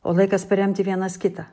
o laikas paremti vienas kitą